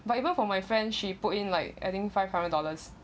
but even for my friend she put in like I think five hundred dollars